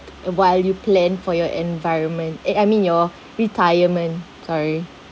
and while you plan for your environment eh I mean your retirement sorry